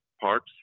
parts